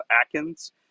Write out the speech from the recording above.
Atkins